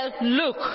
look